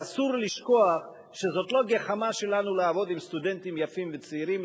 ואסור לשכוח שזאת לא גחמה שלנו לעבוד עם סטודנטים יפים וצעירים,